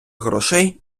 грошей